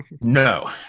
no